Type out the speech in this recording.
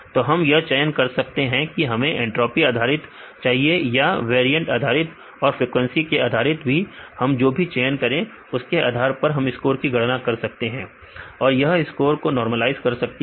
तो हम यह चयन कर सकते हैं कि हमें एंट्रॉपी आधारित चाहिए या वैरीअंट आधारित और फ्रीक्वेंसी के आधारित भी हम जो भी चयन करें उसके आधार पर हम स्कोर की गणना कर सकते हैं और यह स्कोर को नॉर्मलाइज कर सकती है